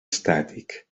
estàtic